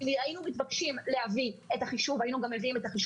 אם היינו מתבקשים להביא את החישוב היינו מביאים אותו.